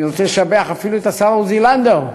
אני רוצה לשבח אפילו את השר עוזי לנדאו,